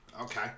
Okay